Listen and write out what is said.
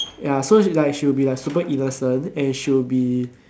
ya so she's like she will be like super innocent and she will be